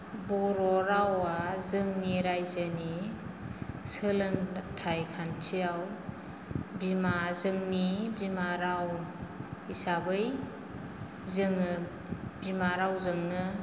बर' रावआ जोंनि राइजोनि सोलोंथाय खान्थियाव बिमा जोंनि बिमा राव हिसाबै जोङो बिमा रावजोंनो